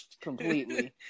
completely